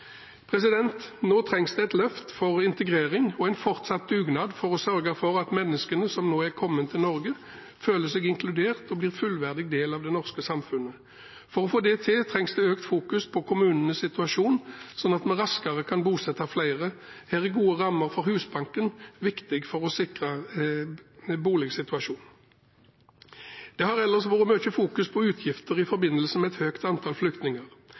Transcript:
Nå trengs det et løft for integrering og en fortsatt dugnad for å sørge for at menneskene som nå er kommet til Norge, føler seg inkludert og blir en fullverdig del av det norske samfunnet. For å få det til trengs det økt fokus på kommunenes situasjon, slik at vi raskere kan bosette flere. Her er gode rammer for Husbanken viktig for å sikre boligsituasjonen. Det har ellers vært mye fokus på utgifter i forbindelse med et høyt antall flyktninger.